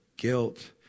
guilt